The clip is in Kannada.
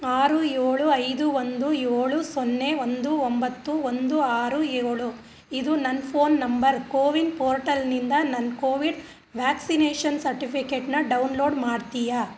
ಆರು ಏಳು ಐದು ಒಂದು ಏಳು ಸೊನ್ನೆ ಒಂದು ಒಂಬತ್ತು ಒಂದು ಆರು ಏಳು ಇದು ನನ್ನ ಫೋನ್ ನಂಬರ್ ಕೋವಿನ್ ಪೋರ್ಟಲ್ನಿಂದ ನನ್ನ ಕೋವಿಡ್ ವ್ಯಾಕ್ಸಿನೇಷನ್ ಸರ್ಟಿಫಿಕೇಟ್ನ ಡೌನ್ಲೋಡ್ ಮಾಡ್ತೀಯಾ